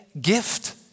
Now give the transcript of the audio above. gift